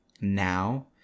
now